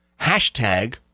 Hashtag